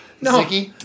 No